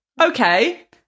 okay